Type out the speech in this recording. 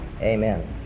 Amen